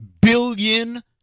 billion